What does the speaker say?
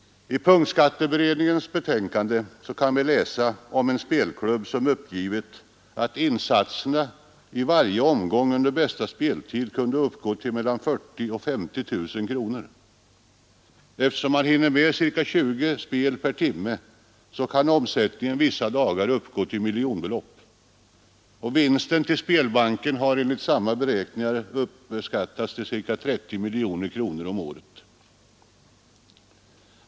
I punktskatteberedningens betänkande kan vi läsa att en spelklubb uppgivit att insatserna i varje omgång under bästa speltid kunde uppgå till mellan 40 000 och 50 000 kronor. Eftersom man hinner med ca 20 omgångar per timme, kan omsättningen vissa dagar uppgå till miljonbelopp. Vinsten till spelbanken har enligt samma beräkningar uppskattats till ca 30 miljoner kronor om året.